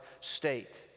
state